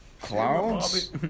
Clouds